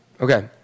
Okay